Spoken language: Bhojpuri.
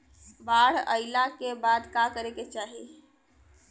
बाढ़ आइला के बाद का करे के चाही?